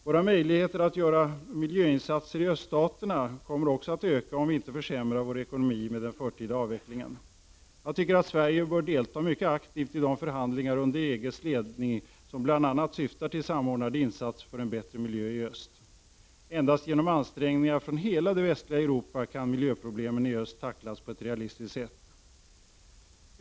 Våra möjligheter att göra miljöinsatser i öststaterna kommer också att öka, om vi inte försämrar vår ekonomi med den förtida avvecklingen. Jag tycker att Sverige bör deltaga mycket aktivt i de förhandlingar under EG:s ledning som bl.a. syftar till samordnade insatser för en bättre miljö i öst. Endast genom ansträngningar från hela det västliga Europa kan miljöproblemen i öst tacklas på ett realistiskt sätt.